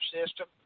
system